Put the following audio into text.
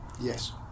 yes